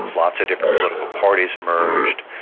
lots of different political parties emerged,